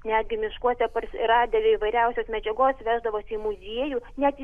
netgi miškuose par radę įvairiausios medžiagos veždavosi į muziejų net